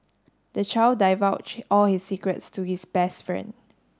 the child divulged all his secrets to his best friend